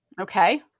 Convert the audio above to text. Okay